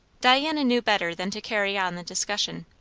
diana knew better than to carry on the discussion.